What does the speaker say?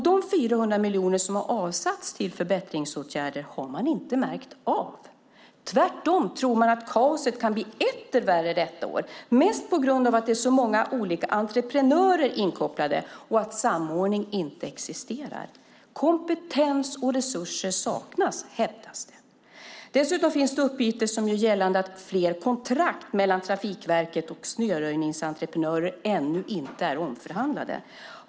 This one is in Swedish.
De 400 miljoner som avsatts till förbättringsåtgärder har man inte märkt av. Tvärtom tror man att kaoset kan bli etter värre detta år, mest på grund av att det är så många olika entreprenörer inkopplade och att samordning inte existerar. Kompetens och resurser saknas, hävdas det. Dessutom finns det uppgifter som gör gällande att flera kontrakt mellan Trafikverket och snöröjningsentreprenörer ännu inte är omförhandlade.